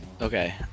Okay